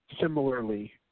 Similarly